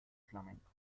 flamenco